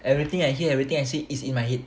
everything I hear everything I see is in my head